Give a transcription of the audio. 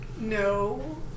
No